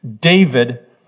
David